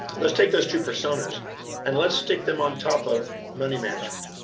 let's take those two personas and let's stick them on top of money management.